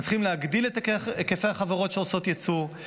אנחנו צריכים להגדיל את היקפי החברות שעושות יצוא,